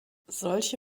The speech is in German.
solche